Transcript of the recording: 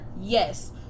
Yes